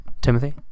Timothy